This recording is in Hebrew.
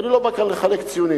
ואני לא בא כאן לחלק ציונים.